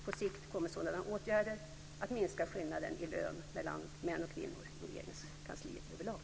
På sikt kommer sådana åtgärder att minska skillnaderna i lön mellan män och kvinnor i Regeringskansliet överlag.